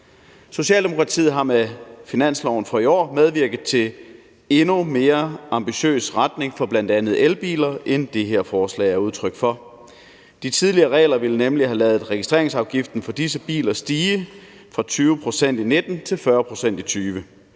Socialdemokratiet har med finansloven for i år medvirket til en endnu mere ambitiøs retning for bl.a. elbiler, end det her forslag er udtryk for. De tidligere regler ville nemlig have ladet registreringsafgiften på disse biler stige fra 20 pct. i 2019 til 40 pct. i 2020.